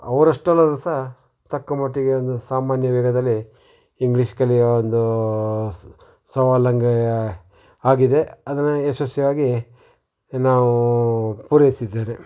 ಅವರಷ್ಟಲ್ಲದ್ರೂ ಸಹ ತಕ್ಕ ಮಟ್ಟಿಗೆ ಒಂದು ಸಾಮಾನ್ಯ ವೇಗದಲ್ಲಿ ಇಂಗ್ಲೀಷ್ ಕಲಿಯೋ ಒಂದು ಸ್ ಸವಾಲಂಗೆ ಆಗಿದೆ ಅದನ್ನು ಯಶಸ್ವಿಯಾಗಿ ನಾವು ಪೂರೈಸಿದ್ದೇನೆ